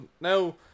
now